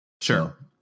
Sure